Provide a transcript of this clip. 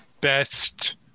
best